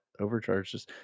overcharges